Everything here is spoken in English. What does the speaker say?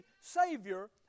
Savior